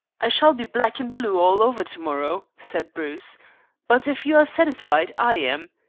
i shall be black and blue all over to-morrow, said bruce but if you are satisfied i am.